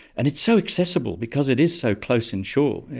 and it's so accessible because it is so close inshore.